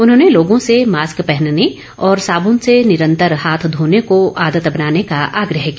उन्होंने लोगों से मास्क पहनने और साबुन से निरंतर हाथ घोने को आदत बनाने का आग्रह किया